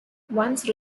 once